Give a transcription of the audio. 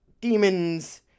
demons